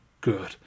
good